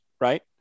right